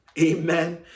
Amen